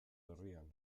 berrian